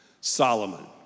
Solomon